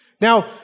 Now